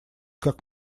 как